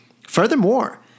Furthermore